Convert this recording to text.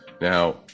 Now